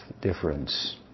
difference